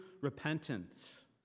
repentance